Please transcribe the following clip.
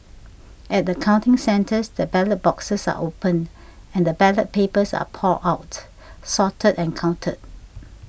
at the counting centres the ballot boxes are opened and the ballot papers are poured out sorted and counted